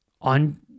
on